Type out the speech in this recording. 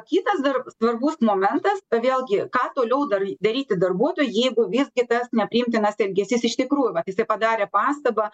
kitas dar svarbus momentas vėlgi ką toliau dar daryti darbuotojui jeigu visgi tas nepriimtinas elgesys iš tikrųjų vat jisai padarė pastabą